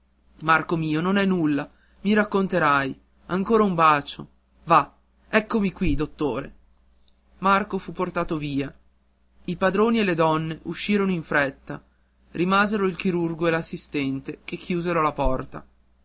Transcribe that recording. marco mio non è nulla i racconterai ancora un bacio va eccomi qui dottore marco fu portato via i padroni e le donne uscirono in fretta rimasero il chirurgo e l'assistente che chiusero la porta